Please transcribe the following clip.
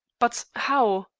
but how?